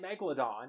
Megalodon